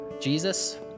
Jesus